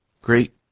Great